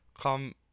Come